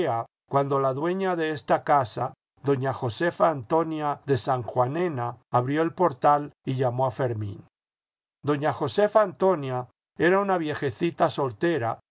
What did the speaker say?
cuando la dueña de esta casa doña josefa antonia de sanjuanena abrió el portal y llamó a fermín doña josefa antonia era una viejecita soltera